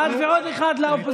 אחד, ועוד אחד לאופוזיציה.